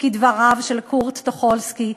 כדבריו של קורט טוכולסקי,